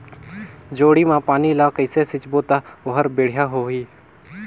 जोणी मा पानी ला कइसे सिंचबो ता ओहार बेडिया होही?